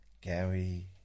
Gary